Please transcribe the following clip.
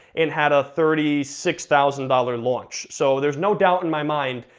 and had a thirty six thousand dollars launch. so there's no doubt in my mind,